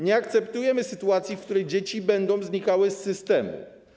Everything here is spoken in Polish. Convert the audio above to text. Nie akceptujemy sytuacji, w której dzieci będą znikały z systemu.